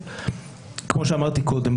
כמו שאמרתי קודם,